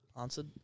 Answered